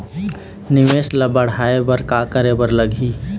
निवेश ला बड़हाए बर का करे बर लगही?